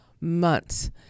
months